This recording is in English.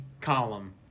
column